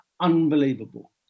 Unbelievable